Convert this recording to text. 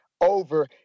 over